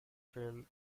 failed